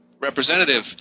representative